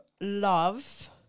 love